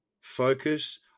Focus